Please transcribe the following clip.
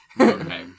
Okay